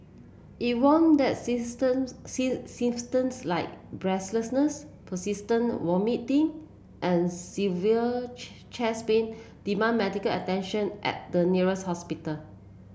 it warn that symptoms like breathlessness persistent vomiting and severe chest pain demand medical attention at the nearest hospital